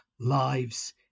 lives